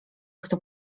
kto